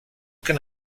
can